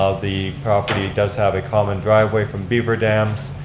ah the property does have a common driveway from beaverdams.